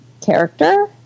character